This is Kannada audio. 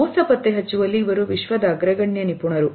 ಮೋಸ ಪತ್ತೆಹಚ್ಚುವಲ್ಲಿ ಅವರು ವಿಶ್ವದ ಅಗ್ರಗಣ್ಯ ನಿಪುಣರು